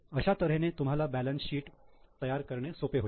अशा तऱ्हेने तुम्हाला बॅलन्स शीट तयार करणे सोपे होईल